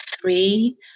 three